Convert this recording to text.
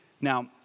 Now